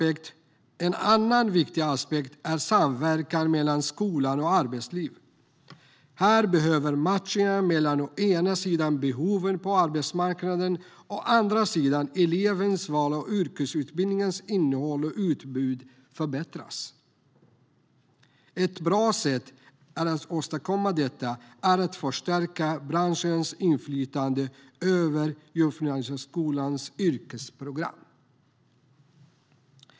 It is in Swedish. En annan viktig aspekt är samverkan mellan skolan och arbetslivet. Här behöver matchningen mellan å ena sidan behoven på arbetsmarknaden och å andra sidan elevernas val och yrkesutbildningens innehåll och utbud förbättras. Ett bra sätt att åstadkomma detta är att förstärka branschernas inflytande över gymnasieskolans yrkesprogram.